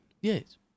Yes